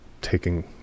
taking